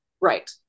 right